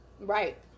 Right